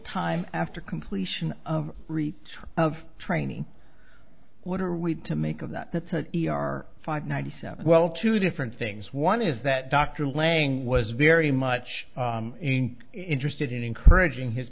time after completion of return of training what are we to make of that that's an e r five ninety seven well two different things one is that dr laying was very much interested in encouraging his